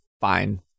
fine